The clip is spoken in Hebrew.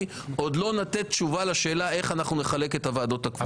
עוד לא לתת תשובה לשאלה איך אנחנו נחלק את הטענות הקבועות.